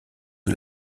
que